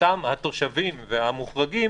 התושבים והמוחרגים